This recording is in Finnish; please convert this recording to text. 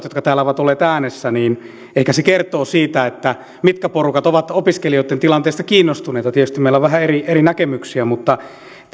jotka täällä ovat olleet äänessä että ehkä se kertoo siitä mitkä porukat ovat opiskelijoitten tilanteesta kiinnostuneita tietysti meillä on vähän eri eri näkemyksiä mutta